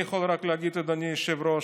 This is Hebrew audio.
אני יכול רק להגיד, אדוני היושב-ראש,